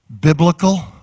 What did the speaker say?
biblical